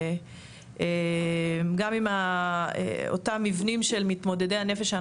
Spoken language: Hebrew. אם אותם מבנים של מתמודדי הנפש,